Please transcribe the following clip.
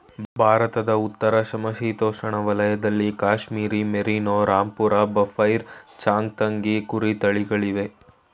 ಭಾರತದ ಉತ್ತರ ಸಮಶೀತೋಷ್ಣ ವಲಯದಲ್ಲಿ ಕಾಶ್ಮೀರಿ ಮೇರಿನೋ, ರಾಂಪುರ ಬಫೈರ್, ಚಾಂಗ್ತಂಗಿ ಕುರಿ ತಳಿಗಳಿವೆ